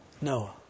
Noah